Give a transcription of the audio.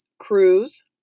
Cruise